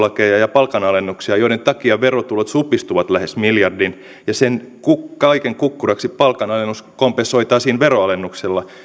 palkanalennuksia joiden takia verotulot supistuvat lähes miljardin ja kaiken kukkuraksi palkanalennus kompensoitaisiin veronalennuksella